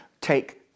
take